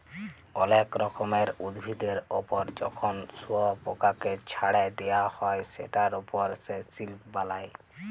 অলেক রকমের উভিদের ওপর যখন শুয়পকাকে চ্ছাড়ে দেওয়া হ্যয় সেটার ওপর সে সিল্ক বালায়